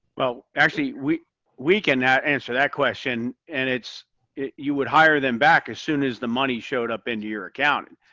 well actually, we we can answer that question. and it's you would hire them back as soon as the money showed up into your account. and